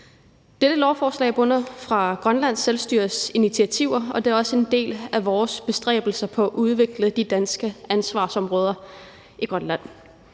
Dette lovforslag bunder i Grønlands Selvstyres initiativer, og det er også en del af vores bestræbelser på at udvikle de danske ansvarsområder i Grønland.